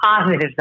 positive